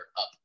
up